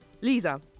Lisa